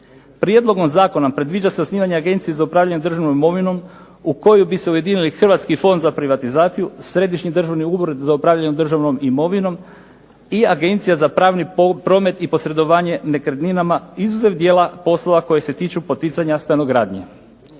Prijedlogom zakona predviđa se osnivanje agencije za upravljanje državnom imovinom u koju bi se ujedinili Hrvatski fond za privatizaciju, Središnji državni ured za upravljanje državnom imovinom i Agencija za pravni promet i posredovanje nekretninama, izuzev dijela poslova koji se tiču poticanja stanogradnje.